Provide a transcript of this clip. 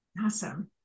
awesome